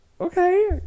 Okay